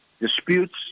disputes